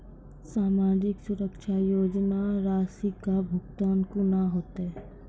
समाजिक सुरक्षा योजना राशिक भुगतान कूना हेतै?